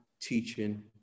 teaching